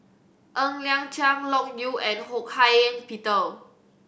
Ng Liang Chiang Loke Yew and Ho Hak Ean Peter